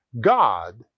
God